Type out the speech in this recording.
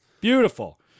Beautiful